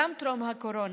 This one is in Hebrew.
גם טרום הקורונה,